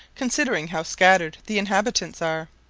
considering how scattered the inhabitants are,